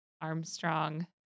Armstrong